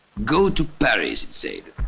go to paris it said,